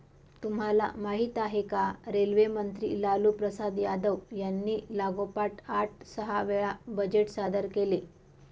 तुम्हाला माहिती आहे का? रेल्वे मंत्री लालूप्रसाद यादव यांनी लागोपाठ आठ सहा वेळा बजेट सादर केले